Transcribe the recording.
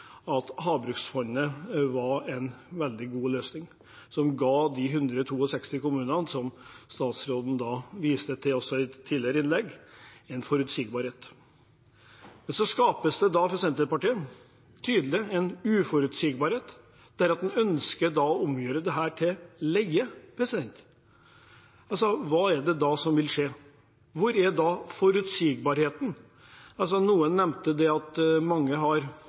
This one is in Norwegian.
at Havbruksfondet var en veldig god løsning, som ga de 162 kommunene, som statsråden viste til i et tidligere innlegg, forutsigbarhet. Men så skaper altså Senterpartiet en tydelig uforutsigbarhet. Man ønsker å gjøre om dette til leie. Hva vil da skje? Hvor er forutsigbarheten? Noen nevnte at mange har vært her og drevet lobbyvirksomhet, bl.a. NFKK. Jeg var for øvrig på det samme møtet som representanten Adelsten Iversen. Men jeg har